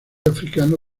africano